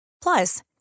Plus